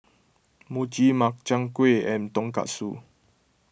Mochi Makchang Gui and Tonkatsu